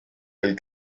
del